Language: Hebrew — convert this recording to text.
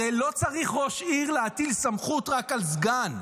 הרי לא צריך ראש עיר להטיל סמכות רק על סגן.